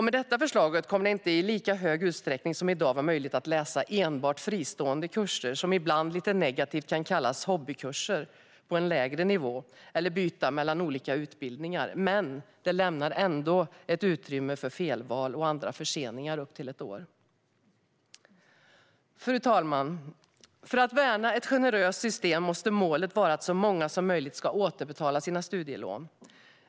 Med detta förslag kommer det inte i lika hög utsträckning som i dag att vara möjligt att läsa enbart fristående kurser på lägre nivå, som ibland lite negativt kallas hobbykurser, eller att byta mellan olika utbildningar. Men det lämnar ändå utrymme för felval och andra förseningar upp till ett år. Fru talman! För att värna ett generöst system måste målet vara att så många som möjligt ska återbetala sina studielån.